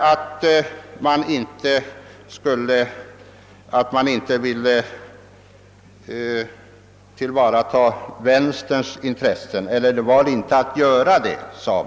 Det har under debatten framhållits att man i denna fråga inte syftar till att tillvarata vänsterns intressen.